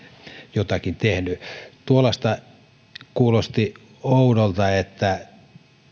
jotakin tehnyt tuo vasta kuulosti oudolta että